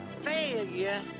failure